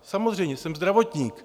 Samozřejmě, jsem zdravotník.